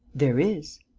there is.